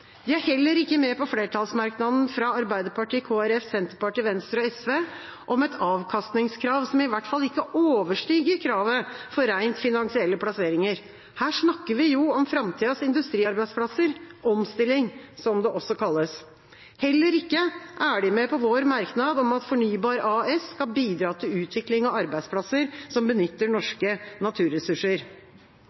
De er heller ikke med på flertallsmerknaden fra Arbeiderpartiet, Kristelig Folkeparti, Senterpartiet, Venstre og SV om et avkastningskrav som i hvert fall ikke overstiger kravet for rent finansielle plasseringer. Her snakker vi jo om framtidas industriarbeidsplasser – omstilling, som det også kalles. Heller ikke er de med på vår merknad om at Fornybar AS skal bidra til utvikling av arbeidsplasser som benytter norske naturressurser.